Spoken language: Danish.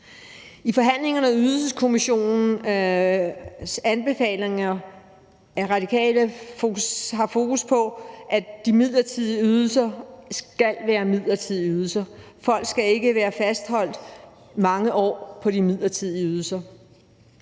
I forhandlingerne om Ydelseskommissionens anbefalinger har Radikale fokus på, at de midlertidige ydelser skal være midlertidige ydelser. Folk skal ikke være fastholdt mange år på de midlertidige ydelser.